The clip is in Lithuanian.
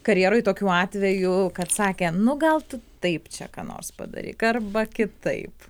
karjeroj tokių atvejų kad sakė nu gal tu taip čia ką nors padaryk arba kitaip